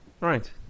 Right